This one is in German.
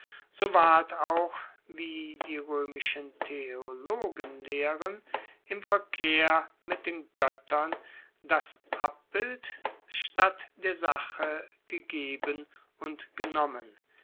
so ward auch wie die roemischen theologen lehren im verkehr mit den goettern das abbild statt der sache gegeben und genommen